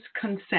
consent